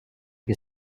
che